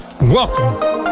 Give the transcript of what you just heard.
Welcome